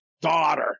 daughter